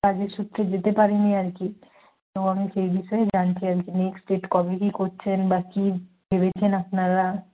কাজের সূত্রে যেতে পারি নি আর কি তো আমি সেই বিষয়ে জানছি আর কি যে নেক্সট ডেট কবে কি করছেন বা কি ভেবেছেন আপনারা